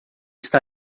está